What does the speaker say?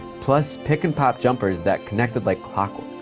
plus pick and pop jumpers that connected like clockwork.